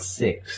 six